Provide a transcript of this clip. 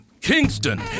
Kingston